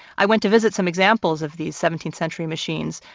i went to visit some examples of these seventeenth century machines,